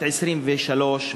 בת 23,